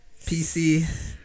PC